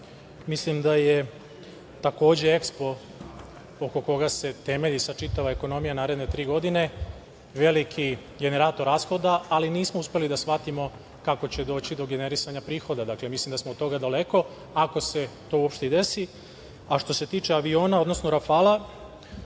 Mislim da je takođe EKSPO oko koga se temelji sad čitava ekonomija naredne tri godine, veliki generator rashoda, ali nismo uspeli da shvatimo kako će doći do generisanja prihoda. Dakle, mislim da smo od toga daleko, ako se to uopšte i desi.A što se tiče aviona, odnosno „Rafala“,